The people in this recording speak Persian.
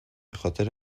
خاطر